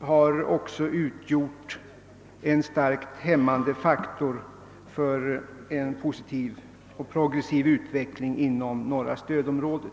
har också utgjort en starkt hämmande faktor för en positiv och progressiv utveckling inom det norra stödområdet.